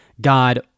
God